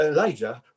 Elijah